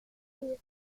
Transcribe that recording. une